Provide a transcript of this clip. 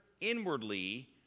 inwardly